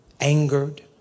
angered